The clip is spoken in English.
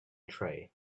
tray